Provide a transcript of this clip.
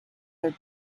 their